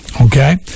okay